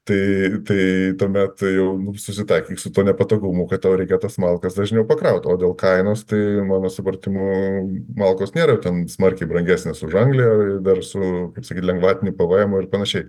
tai tai tuomet jau susitaikyk su tuo nepatogumu kad tau reikia tas malkas dažniau pakraut o dėl kainos tai mano supratimu malkos nėra ten smarkiai brangesnės už anglį ir ir ir dar su kaip sakyt lengvatinį pvmu ir panašiai